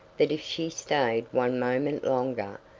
that if she stayed one moment longer,